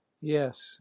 Yes